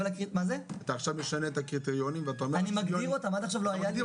אני מגדיר אותם, עד עכשיו לא היו לי.